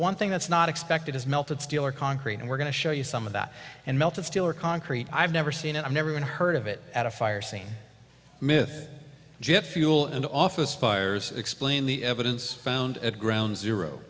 one thing that's not expected is melted steel or concrete and we're going to show you some of that and melted steel or concrete i've never seen and i've never even heard of it at a fire scene myth jet fuel into office fires explain the evidence found at ground zero